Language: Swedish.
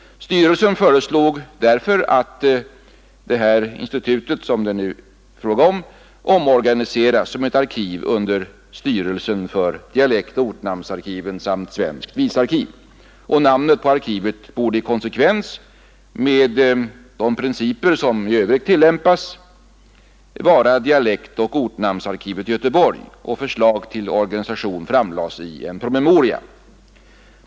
Styrelsen föreslog därför att institutet skulle omorganiseras som ett arkiv under styrelsen för dialektoch ortnamnsarkiven samt svenskt visarkiv. Namnet på arkivet borde i konsekvens med de principer som i övrigt tillämpas vara dialektoch ortnamnsarkivet i Göteborg. Förslag till organisation framlades i en promemoria.